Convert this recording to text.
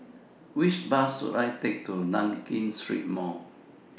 Which Bus should I Take to Nankin Street Mall